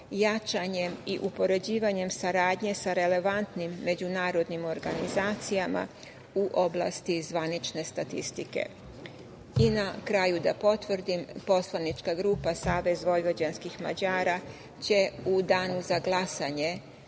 jačanjem i upoređivanjem saradnje sa relevantnim međunarodnim organizacijama u oblasti zvanične statistike. Na kraju da potvrdim, poslanička grupa Savez vojvođanskih Mađara će u danu za glasanje